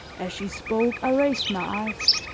as she spoke i raised my eyes.